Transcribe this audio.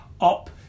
up